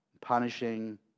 punishing